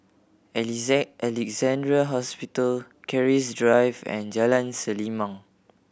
Alexandra Hospital Keris Drive and Jalan Selimang